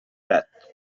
eletto